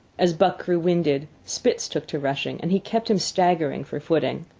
as buck grew winded, spitz took to rushing, and he kept him staggering for footing.